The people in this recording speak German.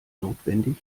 notwendig